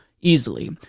easily